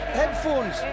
headphones